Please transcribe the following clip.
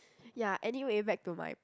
ya anyway back to my